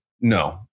No